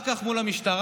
אחר כך, מול המשטרה,